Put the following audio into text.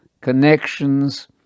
connections